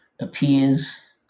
appears